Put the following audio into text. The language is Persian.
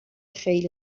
خیلی